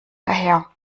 daher